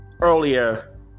earlier